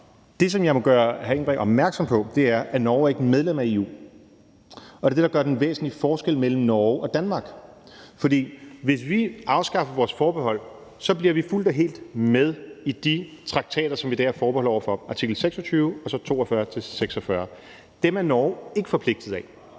Det, som jeg må gøre hr. Benny Engelbrecht gør opmærksom på er, at Norge ikke er medlem af EU, og det er det, der gør den væsentlige forskel mellem Norge og Danmark. For hvis vi afskaffer vores forbehold, bliver vi fuldt og helt med i de traktater, som vi i dag tager forbehold over for – artikel 26, og så artikel 42 til 46. Dem er Norge ikke forpligtet af.